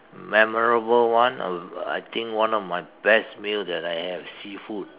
memorable one I I think one of my best meals that I had seafood